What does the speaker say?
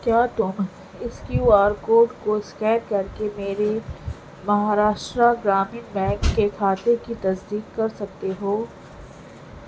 کیا تم اس کیو آر کوڈ کو اسکین کر کے میرے مہاراشٹر گرامین بینک کے کھاتے کی تصدیق کر سکتے ہو